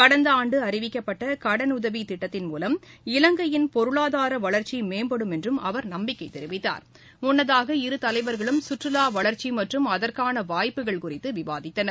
கடந்த ஆண்டு அறிவிக்கப்பட்ட கடனுதவி திட்டத்தின் மூலம் இவங்கையின் பொருளாதார வளர்ச்சி மேம்படும் என்றும் அவர் நம்பிக்கை தெரிவித்தார் முன்னதாக இருதலைவர்களும் சுற்றுலா வளர்ச்சி மற்றும் அதற்கான வாய்ப்புகள் குறித்து விவாதித்தனர்